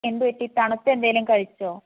എന്തുപറ്റി തണുത്തത് എന്തെങ്കിലും കഴിച്ചോ